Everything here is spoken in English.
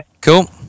cool